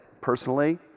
personally